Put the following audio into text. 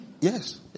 yes